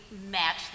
match